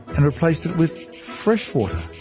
and replaced it with freshwater.